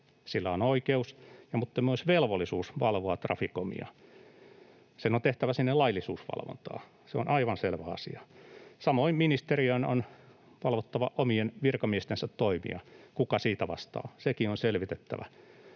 Sillä on oikeus mutta myös velvollisuus valvoa Traficomia. Sen on tehtävä siellä laillisuusvalvontaa, se on aivan selvä asia. Samoin ministeriön on valvottava omien virkamiestensä toimia — kuka siitä vastaa, sekin on selvitettävä.